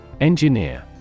Engineer